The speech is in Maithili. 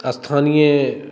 स्थानीय